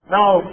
Now